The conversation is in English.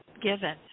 given